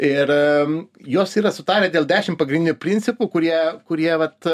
ir jos yra sutarę dėl dešim pagrindinių principų kurie kurie vat